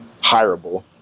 hireable